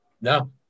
No